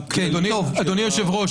אדוני היושב-ראש,